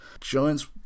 Giants